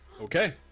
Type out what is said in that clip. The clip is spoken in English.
Okay